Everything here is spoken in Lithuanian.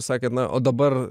sakėt na o dabar